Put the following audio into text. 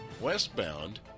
westbound